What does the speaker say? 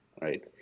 right